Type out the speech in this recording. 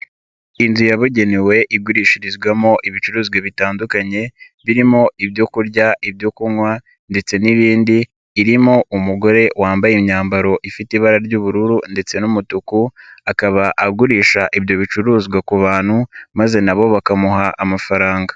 Inzu yabugenewe igurishirizwamo ibicuruzwa bitandukanye birimo ibyo kurya, ibyo kunywa ndetse n'ibindi, irimo umugore wambaye imyambaro ifite ibara ry'ubururu ndetse n'umutuku, akaba agurisha ibyo bicuruzwa ku bantu, maze nabo bakamuha amafaranga.